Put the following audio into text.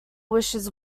wishes